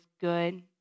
good